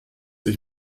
ich